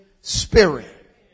spirit